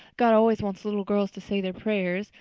god always wants little girls to say their prayers.